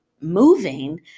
moving